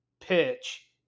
pitch